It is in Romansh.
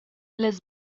las